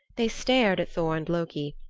they stared at thor and loki,